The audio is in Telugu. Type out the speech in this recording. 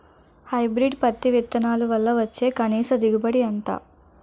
హైబ్రిడ్ పత్తి విత్తనాలు వల్ల వచ్చే కనీస దిగుబడి ఎంత?